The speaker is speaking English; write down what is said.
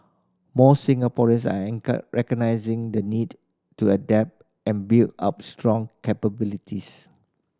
more Singaporeans are recognising the need to adapt and build up strong capabilities